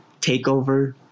takeover